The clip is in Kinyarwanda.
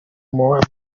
more